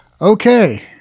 Okay